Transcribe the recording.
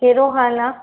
कहिड़ो हाल आहे